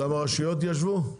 גם הרשויות ישבו?